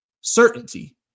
certainty